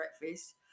breakfast